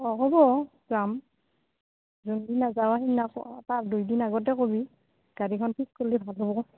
অঁ হ'ব যাম যোনদিনা যােৱা সেইদিনা তাৰ দুইদিন আগতে ক'বি গাড়ীখন ফিক্স কৰিলে ভাল হ'ব